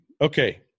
Okay